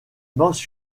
dans